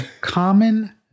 common